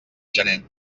gener